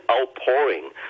outpouring